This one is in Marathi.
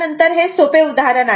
नंतर हे सोपे उदाहरण आहे